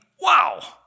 wow